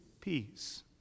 peace